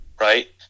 right